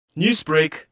Newsbreak